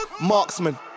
Marksman